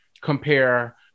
compare